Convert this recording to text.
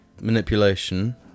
manipulation